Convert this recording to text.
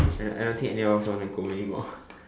I I don't think any of us want to go anymore